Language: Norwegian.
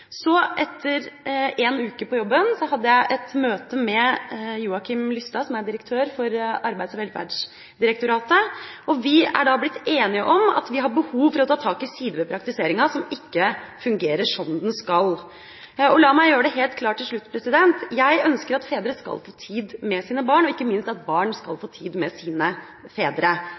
Så etter én uke på jobben hadde jeg et møte med Joakim Lystad, som er direktør for Arbeids- og velferdsdirektoratet, og vi er blitt enige om at vi har behov for å ta tak i sider ved praktiseringa som ikke fungerer som den skal. La meg gjøre det helt klart til slutt: Jeg ønsker at fedre skal få tid med sine barn, og ikke minst at barn skal få tid med sine fedre.